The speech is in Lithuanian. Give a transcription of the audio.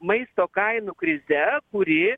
maisto kainų krize kuri